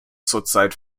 zurzeit